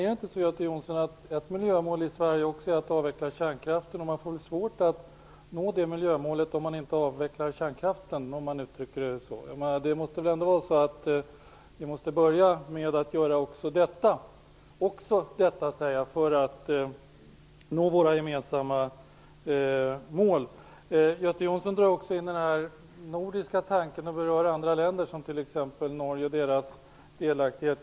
Är det inte så, Göte Jonsson, att ett miljömål i Sverige också är att avveckla kärnkraften? Man får väl svårt att nå det miljömålet om man inte avvecklar kärnkraften? Vi måste väl ändå börja att göra också detta - observera att jag säger "också detta" - för att nå våra gemensamma mål? Göte Jonsson drar också in den nordiska tanken och berör andra länder, som t.ex. Norge och dess delaktighet.